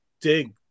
dig